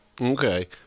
Okay